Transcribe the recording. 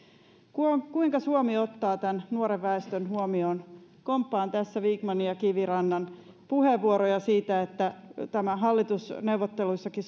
kuinka kuinka suomi ottaa tämän nuoren väestön huomioon komppaan tässä vikmanin ja kivirannan puheenvuoroja ja kysyn kuinka tämä hallitusneuvotteluissakin